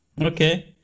Okay